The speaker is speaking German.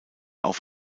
auf